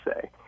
say